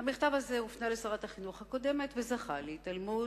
המכתב הזה הופנה לשרת החינוך הקודמת וזכה להתעלמות.